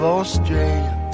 Australia